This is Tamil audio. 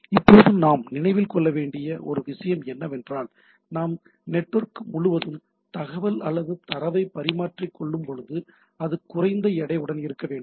இப்போது நாம் நினைவில் கொள்ள வேண்டிய ஒரு விஷயம் என்னவென்றால் நாம் நெட்வொர்க் முழுவதும் தகவல் அல்லது தரவைப் பரிமாறிக் கொள்ளும்போது அது குறைந்த எடையுடன் இருக்க வேண்டும்